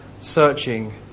searching